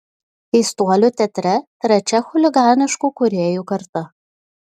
keistuolių teatre trečia chuliganiškų kūrėjų karta